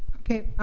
okay,